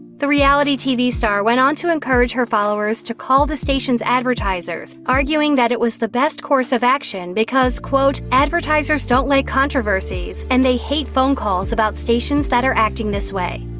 the reality tv star went on to encourage her followers to call the station's advertisers, arguing that it was the best course of action because, quote, advertisers don't like and they hate phone calls about stations that are acting this way.